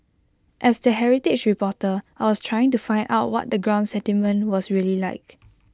as the heritage reporter I was trying to find out what the ground sentiment was really like